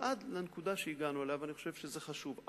ועד לנקודה שהגענו אליה, ואני חושב שזה חשוב.